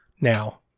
now